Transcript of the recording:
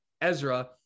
Ezra